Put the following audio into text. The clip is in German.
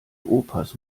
opas